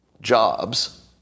jobs